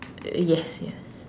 yes yes